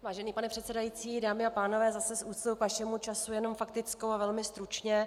Vážený pane předsedající, dámy a pánové, zase s úctou k vašemu času jenom faktickou a velmi stručně.